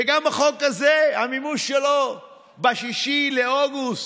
וגם החוק הזה, המימוש שלו הוא ב-6 באוגוסט.